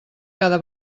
cada